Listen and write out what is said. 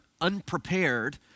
unprepared